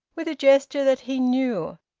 with a gesture that he knew,